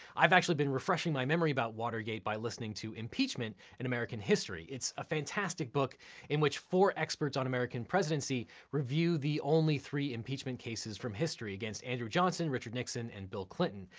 i've actually been refreshing my memory about watergate by listening to impeachment, an american history. it's a fantastic book in which four experts on american presidency review the only three impeachment cases from history, against andrew johnson, richard nixon, and bill clinton,